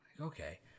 okay